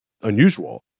unusual